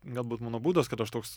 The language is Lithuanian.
galbūt mano būdas kad aš toks